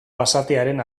basatiaren